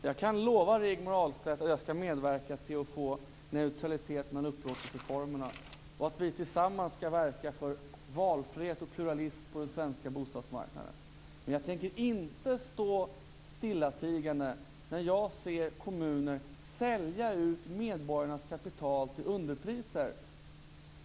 Herr talman! Jag kan lova Rigmor Ahlstedt att jag skall medverka till att få neutralitet mellan upplåtelseformerna och att vi tillsammans skall verka för valfrihet och pluralism på den svenska bostadsmarknaden. Men tänker inte stå stillatigande när jag ser kommuner sälja ut medborgarnas kapital till underpriser.